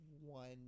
one